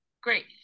Great